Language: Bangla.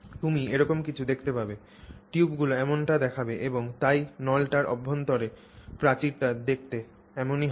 তুমি এরকম কিছু দেখতে পাবে টিউবগুলি এমনটি দেখাবে এবং তাই নলটির অভ্যন্তরের প্রাচীরটি দেখতে এমনই হবে